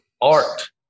art